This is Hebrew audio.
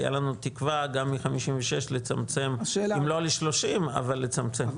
הייתה לנו תקווה גם מ-56 לצמצם לא ל-30 אבל לצמצם.